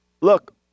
Look